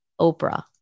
Oprah